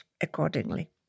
accordingly